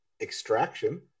Extraction